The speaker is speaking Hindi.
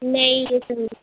नहीं बिल्कुल नहीं